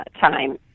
time